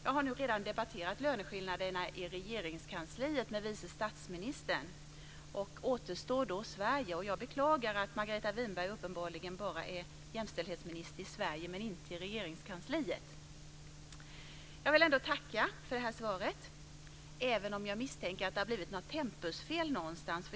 Jag har nu redan debatterat löneskillnaderna i Regeringskansliet med vice statsministern, och nu återstår då Sverige. Jag beklagar att Margareta Winberg uppenbarligen bara är jämställdhetsminister i Sverige, men inte i Regeringskansliet. Jag vill ändå tacka för svaret, även om jag misstänker att det har blivit ett tempusfel någonstans.